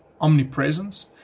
omnipresence